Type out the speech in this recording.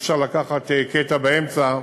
אי-אפשר לקחת קטע באמצע,